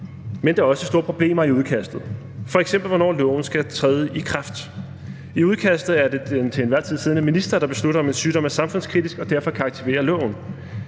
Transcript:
Men der er også store problemer i udkastet, f.eks. med hensyn til hvornår loven skal træde i kraft. I udkastet er det den til enhver tid siddende minister, der beslutter, om en sygdom er samfundskritisk, og derfor kan aktivere loven.